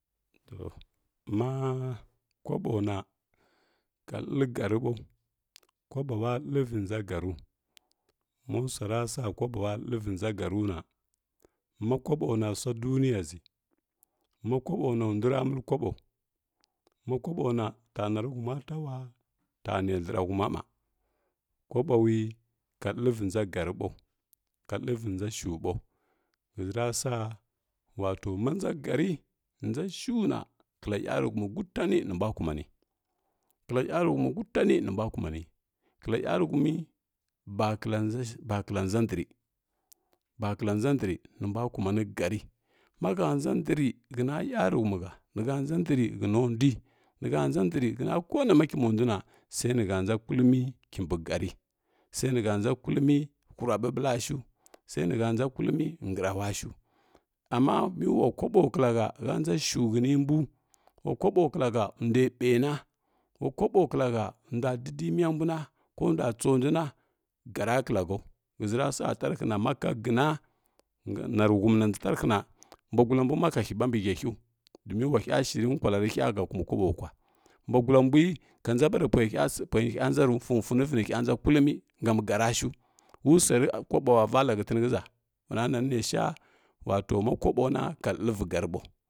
To ma ho ɓona ka nɗri gari bau koɓowa ləvi nʒa gam masuazasa kobowa ləvi nʒa ganuna makaɓona sua duniya ʒə ma kabona nduza məli kaɓo ma kaɓona tana nehuma tawa tane lhəra huula mɓa koboul ka la’vi nʒa garibav ka ləvi nʒa shu bau ghəʒi rasa wato ma nʒa gari nʒa shuna kla yaruhumi gutiani ni mbua kuwani kla yarutumi kutani nimbua kumani klayaruhumi bakla nʒa ndri bakla nʒa ndri nimbua kumani gari mahə nʒa ndri huna yanuhumihə nihə nʒa ndri hunandui nihə nʒa ndri huna konaula kimbunduna sai nihə nʒa kullumi kimbi gari sai nihə nʒa kullumi hura ɓiɓlashu sai nihə nʒa kullumi ngraulashu amata me wa kaboklahə hənʒa shughəni wakoɓo klahə ndu ɓaina wakoɓo klahə ndua didimiya mbun kandua tsonduna gara klahəau ghəʒi sarasa tdarhin maka gena sanari ndarihina buagula mbuna kahi ɓa mbi həahiu domin ula hə shiri kwala rehə həkumi kaɓo kwa mbagu la mbui kanʒa ɓare pulai hə nʒa ru sunsunivi ninʒa nʒa kullumi sam sarashu wusuar koɓowa vala hətini ghəʒa ulana nan nesha wato ma koɓo na ka ləvi gari bau.